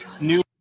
New